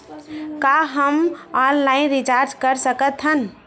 का हम online recharge कर सकत हन?